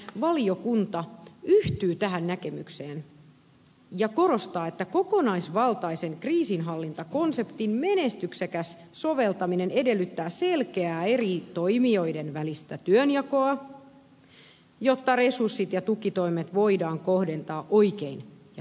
valiokunta yhtyy tähän näkemykseen ja korostaa että kokonaisvaltaisen kriisinhallintakonseptin menestyksekäs soveltaminen edellyttää selkeää eri toimijoiden välistä työnjakoa jotta resurssit ja tukitoimet voidaan kohdentaa oikein ja tuloksellisesti